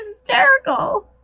hysterical